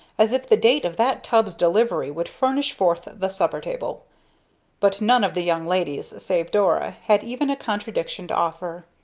as if the date of that tub's delivery would furnish forth the supper-table but none of the young ladies save dora had even a contradiction to offer.